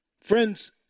Friends